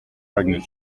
pregnant